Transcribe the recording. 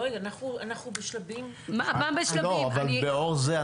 אנחנו נמצאים בשלבים --- לאור זה,